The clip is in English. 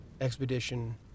expedition